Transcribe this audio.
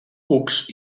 cucs